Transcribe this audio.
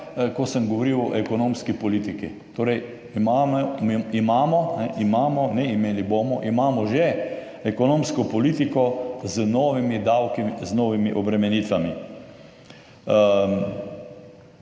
ko sem govoril o ekonomski politiki. Torej imamo, ne imeli bomo, imamo že ekonomsko politiko z novimi davki, z novimi obremenitvami.